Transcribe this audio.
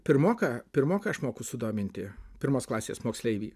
pirmoką pirmoką aš moku sudominti pirmos klasės moksleivį